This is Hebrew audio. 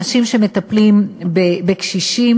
אנשים שמטפלים בקשישים,